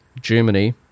Germany